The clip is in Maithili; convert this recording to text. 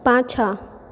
पाछाँ